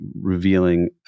revealing